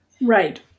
Right